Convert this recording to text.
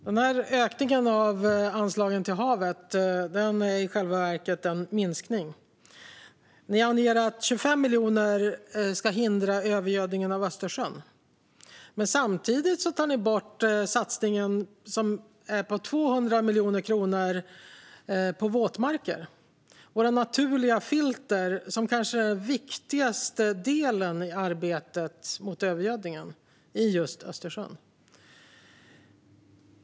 Fru talman! Ökningen av anslagen till havet är i själva verket en minskning. Ni anger att 25 miljoner ska hindra övergödningen av Östersjön. Men samtidigt tar ni bort satsningen på 200 miljoner kronor på våtmarker, våra naturliga filter. Det är kanske den viktigaste delen i arbetet mot övergödningen av Östersjön.